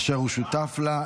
אשר הוא שותף לה.